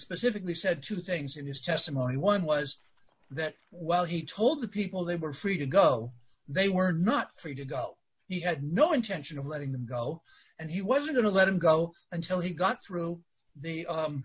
specifically said two things in his testimony one was that while he told the people they were free to go they were not free to go he had no intention of letting them go and he wasn't to let him go until he got through the